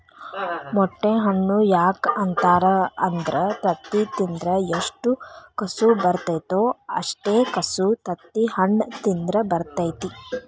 ಮೊಟ್ಟೆ ಹಣ್ಣು ಯಾಕ ಅಂತಾರ ಅಂದ್ರ ತತ್ತಿ ತಿಂದ್ರ ಎಷ್ಟು ಕಸು ಬರ್ತೈತೋ ಅಷ್ಟೇ ಕಸು ತತ್ತಿಹಣ್ಣ ತಿಂದ್ರ ಬರ್ತೈತಿ